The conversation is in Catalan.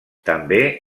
també